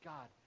God